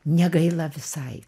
negaila visai